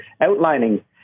outlining